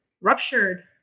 ruptured